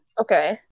Okay